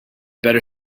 better